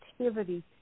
activity